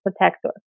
protector